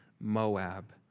Moab